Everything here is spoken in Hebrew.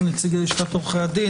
נציגי לשכת עורכי הדין,